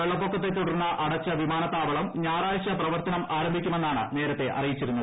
വെള്ളപ്പൊക്കത്തെ തുടർന്ന് അടച്ച വിമാനത്താവളം ഞായറാഴ്ച പ്രവർത്തനം ആരംഭിക്കുമെന്നാണ് നേരത്തെ അറിയിച്ചിരുന്നത്